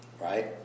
Right